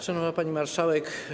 Szanowna Pani Marszałek!